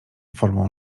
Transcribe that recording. formą